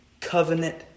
covenant